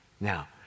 Now